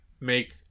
make